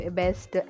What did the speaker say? best